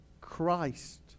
Christ